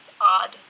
odd